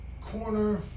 Corner